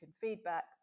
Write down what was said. feedback